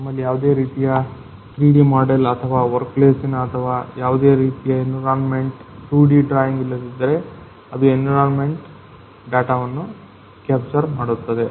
ನಮ್ಮಲ್ಲಿ ಯಾವುದೇ ರೀತಿಯ 3D ಮಾಡೆಲ್ ಅಥವಾ ವರ್ಕ್ ಪ್ಲೇಸಿನ ಅಥವಾ ಯಾವುದೇ ರೀತಿಯ ಎನ್ವಿರಾನ್ಮೆಂಟ್ನ 2D ಡ್ರಾಯಿಂಗ್ ಇಲ್ಲದಿದ್ದರೆ ಇದು ಎನ್ವಿರಾನ್ಮೆಂಟ್ ಡಾಟಾವನ್ನು ಕ್ಯಾಪ್ಚರ್ ಮಾಡುತ್ತದೆ